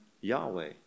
Yahweh